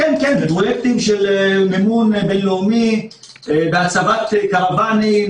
אלו פרויקטים של מימון בין-לאומי בהצבת קרוונים,